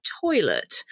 toilet